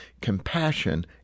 compassion